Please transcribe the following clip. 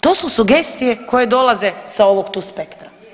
To su sugestije koje dolaze sa ovog tu spektra.